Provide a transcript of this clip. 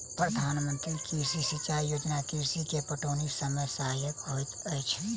प्रधान मंत्री कृषि सिचाई योजना कृषक के पटौनीक समय सहायक होइत अछि